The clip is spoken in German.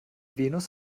venus